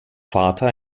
vater